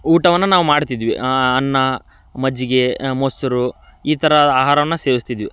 ಊಟವನ್ನು ನಾವು ಮಾಡ್ತಿದ್ವಿ ಅನ್ನ ಮಜ್ಜಿಗೆ ಮೊಸರು ಈ ಥರ ಆಹಾರವನ್ನು ಸೇವಿಸ್ತಿದ್ವಿ